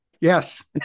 Yes